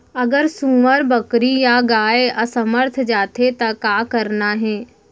अगर सुअर, बकरी या गाय असमर्थ जाथे ता का करना हे?